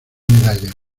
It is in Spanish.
medallas